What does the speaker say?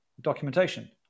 documentation